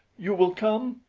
you will come?